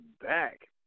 back